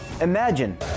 Imagine